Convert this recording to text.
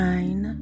Nine